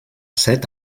set